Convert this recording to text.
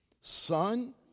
Son